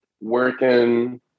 working